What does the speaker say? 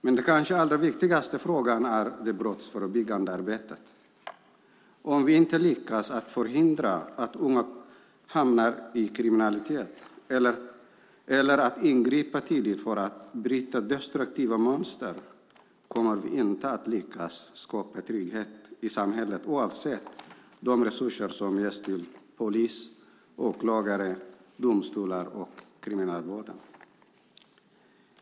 Men den kanske allra viktigaste frågan är det brottsförebyggande arbetet. Om vi inte lyckas förhindra att unga hamnar i kriminalitet eller om vi inte klarar att ingripa tidigt för att bryta destruktiva mönster kommer vi inte att lyckas skapa trygghet i samhället oavsett de resurser som ges till polis, åklagare, domstolar och kriminalvård.